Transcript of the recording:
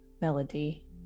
melody